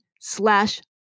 slash